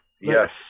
yes